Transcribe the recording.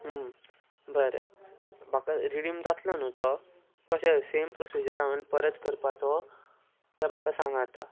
बरें म्हाका रिडीम जातलो न्हू तो कशें सेम प्रोसिजर हांवेन परत करपाचो तें म्हाका सांगा आतां